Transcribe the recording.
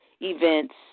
events